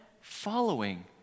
following